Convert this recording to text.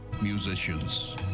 Musicians